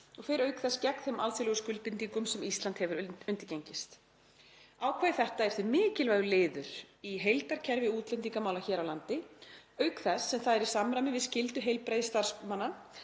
og fer auk þess gegn þeim alþjóðlegu skuldbindingum sem Ísland hefur undirgengist. Ákvæði þetta er því mikilvægur liður í heildarkerfi útlendingamála hér á landi auk þess sem það er í samræmi við skyldu heilbrigðisstarfsmanna